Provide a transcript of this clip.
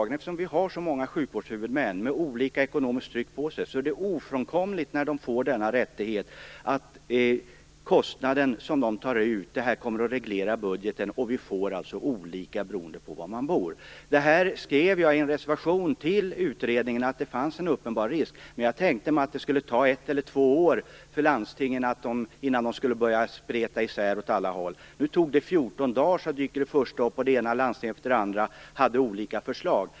Eftersom det finns så många sjukvårdshuvudmän med olika ekonomiskt tryck på sig, blir det ofrånkomligt att kostnaden som de tar ut kommer att reglera budgeten. Kostnaden blir alltså olika beroende på var man bor. Jag skrev i en reservation till utredningen att det fanns en uppenbar risk för detta. Men jag tänkte mig att det skulle ta ett eller två år innan landstingen skulle börja spreta isär åt alla håll. Nu tog det 14 dagar tills det ena landstinget efter det andra dök upp med olika förslag.